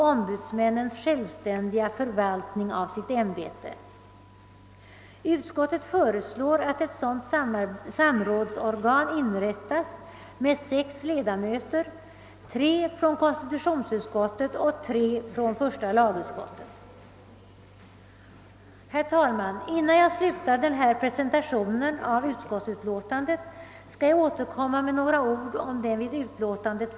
Ombudsmännens skyldighet att pröva klagomål begränsas genom att de får möjlighet att i vissa fall avvisa klagomål eller överlämna dem till annan myndighet för handläggning.